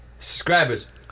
subscribers